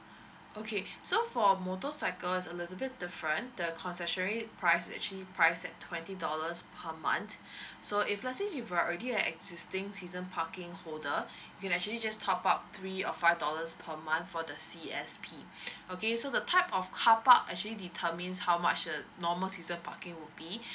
okay so for motorcycles it's a little bit different the concessionary price is actually priced at twenty dollars per month so if let's say you are already existing season parking holder you can actually just top up three or five dollars per month for the C_S_P okay so the type of car park actually determines how much a normal season parking would be